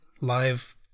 live